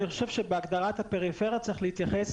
אני חושב שבהגדרת הפריפריה צריך להתייחס